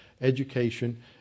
education